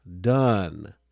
done